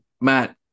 Matt